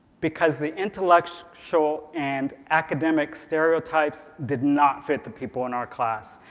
because the intellectual so and academic stereotypes did not fit the people in our class.